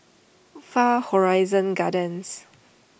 Far Horizon Gardens